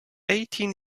eighteen